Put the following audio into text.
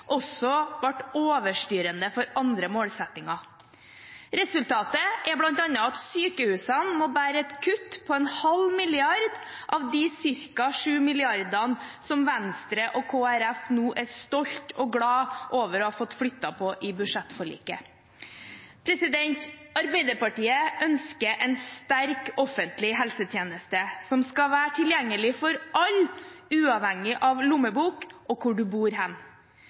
også ble overstyrende for andre målsettinger. Resultatet er bl.a. at sykehusene må bære et kutt på 0,5 mrd. kr av de ca. 7 mrd. kr som Venstre og Kristelig Folkeparti nå er stolt og glad over å ha fått flyttet på i budsjettforliket. Arbeiderpartiet ønsker en sterk offentlig helsetjeneste som skal være tilgjengelig for alle, uavhengig av lommebok og hvor en bor.